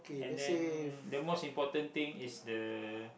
and then the most important thing is the